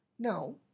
No